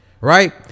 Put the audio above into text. right